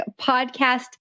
Podcast